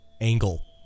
Angle